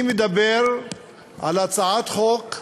אני מדבר על הצעת חוק,